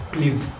Please